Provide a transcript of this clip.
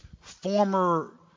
former